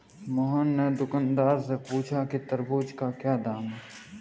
मोहन ने दुकानदार से पूछा कि तरबूज़ का क्या दाम है?